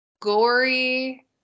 gory